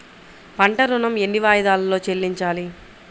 పంట ఋణం ఎన్ని వాయిదాలలో చెల్లించాలి?